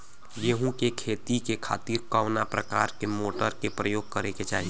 गेहूँ के खेती के खातिर कवना प्रकार के मोटर के प्रयोग करे के चाही?